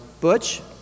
butch